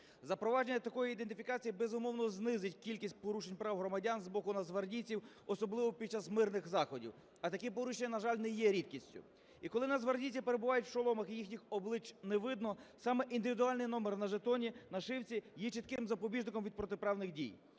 Запровадження такої ідентифікації, безумовно, знизить кількість порушень прав громадян з боку нацгвардійців, особливо під час мирних заходів. А такі порушення, на жаль, не є рідкістю. І коли нацгвардійці перебувають в шоломах і їхніх облич не видно, саме індивідуальний номер на жетоні, нашивці є чітким запобіжником від протиправних дій.